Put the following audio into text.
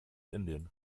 indien